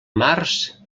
març